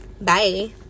bye